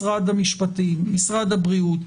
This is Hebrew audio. לבין משרד המשפטים לבין משרד הבריאות,